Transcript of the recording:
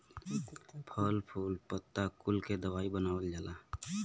फल फूल पत्ता कुल के दवाई बनावल जाला